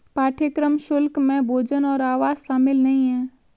पाठ्यक्रम शुल्क में भोजन और आवास शामिल नहीं है